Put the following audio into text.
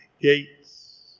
gates